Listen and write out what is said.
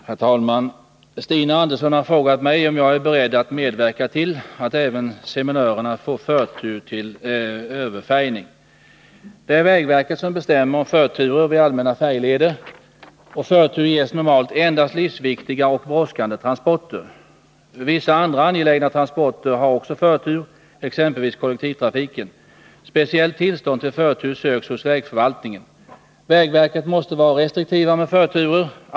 Herr talman! Stina Andersson har frågat mig om jag är beredd att medverka till att även seminörerna får förtur till överfärjning. Det är vägverket som bestämmer om förturer vid allmänna färjeleder, förtur ges normalt endast livsviktiga och brådskande transporter. Vissa andra angelägna transporter har också förtur, exempelvis kollektivtrafiken. Vägverket måste vara restriktivt med förturer.